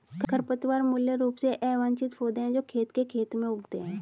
खरपतवार मूल रूप से अवांछित पौधे हैं जो खेत के खेत में उगते हैं